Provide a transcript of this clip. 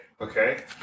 okay